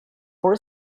for